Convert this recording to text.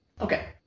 okay